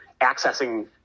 accessing